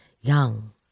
young